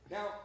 Now